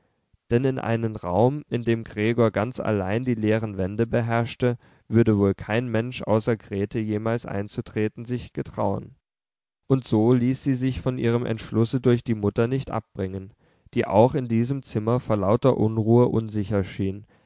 denn in einen raum in dem gregor ganz allein die leeren wände beherrschte würde wohl kein mensch außer grete jemals einzutreten sich getrauen und so ließ sie sich von ihrem entschlusse durch die mutter nicht abbringen die auch in diesem zimmer vor lauter unruhe unsicher schien